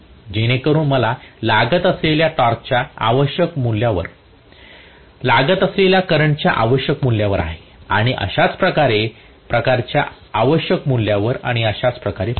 जेणेकरून मला लागत असलेल्या टॉर्कच्या आवश्यक मूल्यावर लागत असलेल्या करंटच्या आवश्यक मूल्यावर आहे आणि अशाच प्रकारे च्या आवश्यक मूल्यावर आणि अशाच प्रकारे पुढे